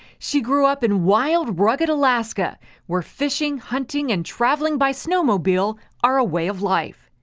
she grew up in wild, rugged alaska where fishing, hunting, and traveling by snow mobile are a way of life.